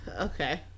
Okay